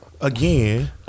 again